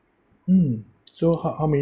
hmm so how how many